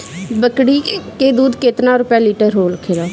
बकड़ी के दूध केतना रुपया लीटर होखेला?